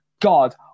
God